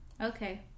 Okay